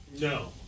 No